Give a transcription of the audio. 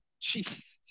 Jeez